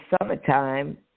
summertime